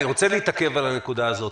אני רוצה להתעכב על הנקודה הזו,